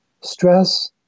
Stress